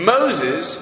Moses